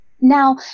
now